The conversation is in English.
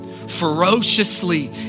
ferociously